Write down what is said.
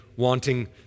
wanting